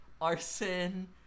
arson